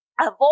Avoid